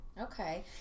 Okay